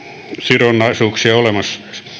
sidonnaisuuksia olemassa